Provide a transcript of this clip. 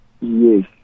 Yes